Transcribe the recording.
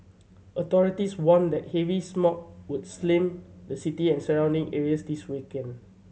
authorities warned that heavy smog would slam the city and surrounding areas this weekend